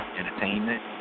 entertainment